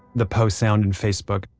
the post sound in facebook,